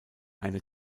eine